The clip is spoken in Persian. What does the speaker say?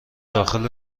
داخل